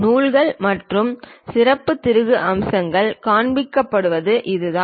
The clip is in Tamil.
நூல்கள் மற்றும் சிறப்பு திருகு அம்சங்கள் காண்பிக்கப்படுவது இதுதான்